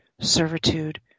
servitude